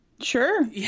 Sure